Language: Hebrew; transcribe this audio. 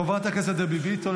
חברת הכנסת דבי ביטון,